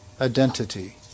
identity